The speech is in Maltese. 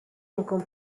inkun